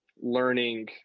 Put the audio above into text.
learning